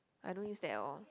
I don't use that at all